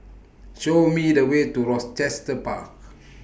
Show Me The Way to Rochester Park